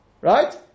Right